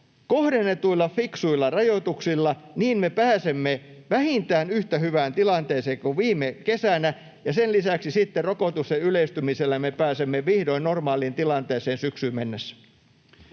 kohdennetuilla, fiksuilla rajoituksilla — niin me pääsemme vähintään yhtä hyvään tilanteeseen kuin viime kesänä, ja sen lisäksi sitten rokotuksen yleistymisellä me pääsemme vihdoin normaaliin tilanteeseen syksyyn mennessä.